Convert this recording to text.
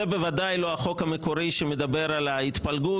זה בוודאי לא החוק המקורי שמדבר על ההתפלגות.